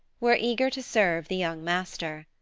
were eager to serve the young master.